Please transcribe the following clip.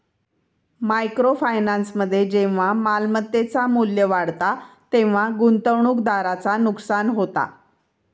micro फायनान्समध्ये जेव्हा मालमत्तेचा मू्ल्य वाढता तेव्हा गुंतवणूकदाराचा नुकसान होता